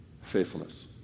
faithfulness